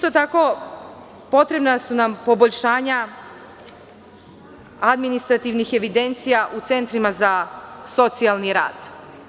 Potrebna su nam poboljšanja administrativnih evidencija u centrima za socijalni rad.